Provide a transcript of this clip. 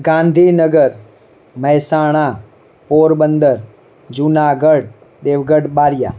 Gandhinagar Mehsana Porbandar Junagadh Devgadh Bariya